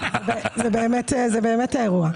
זה באמת האירוע.